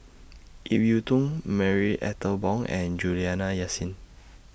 Ip Yiu Tung Marie Ethel Bong and Juliana Yasin